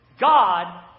God